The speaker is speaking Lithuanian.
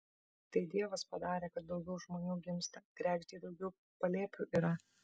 tai dievas padarė kad daugiau žmonių gimsta kregždei daugiau palėpių yra